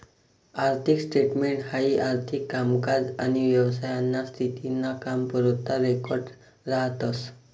आर्थिक स्टेटमेंट हाई आर्थिक कामकाज आनी व्यवसायाना स्थिती ना कामपुरता रेकॉर्ड राहतस